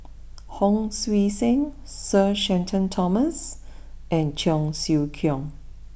Hon Sui Sen Sir Shenton Thomas and Cheong Siew Keong